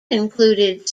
included